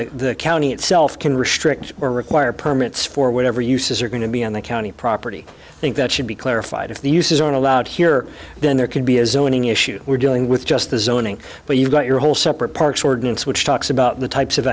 the county itself can restrict or require permits for whatever uses are going to be on the county property i think that should be clarified if the uses aren't allowed here then there could be a zoning issues we're dealing with just the zoning but you've got your whole separate parks ordinance which talks about the types of